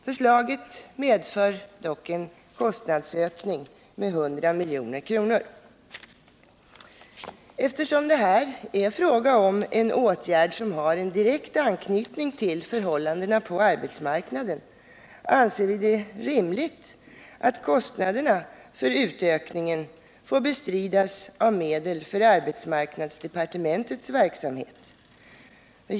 Förslaget medför dock en kostnadsökning med 100 milj.kr. Eftersom det här är fråga om en åtgärd som har en direkt anknytning till förhållandena på arbetsmarknaden, anser vi det rimligt att kostnaderna för utökningen får bestridas av medel för arbetsmarknadsdepartementets verksamhet.